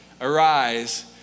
arise